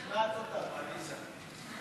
שכנעת אותנו, עליזה.